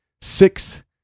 six